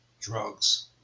drugs